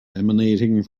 emanating